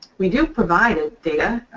we do provide ah data.